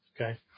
Okay